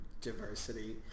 diversity